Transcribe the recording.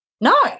No